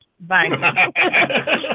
Bye